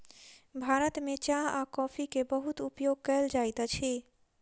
भारत में चाह आ कॉफ़ी के बहुत उपयोग कयल जाइत अछि